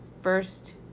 First